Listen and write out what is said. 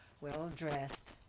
well-dressed